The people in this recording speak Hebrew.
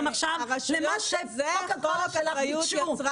הגיוני --- וככה נראה התוצר